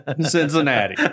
Cincinnati